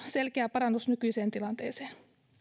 selkeä parannus nykyiseen tilanteeseen